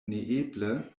neeble